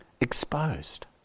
exposed